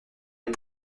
les